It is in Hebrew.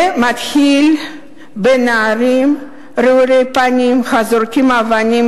זה מתחיל בנערים רעולי פנים הזורקים אבנים,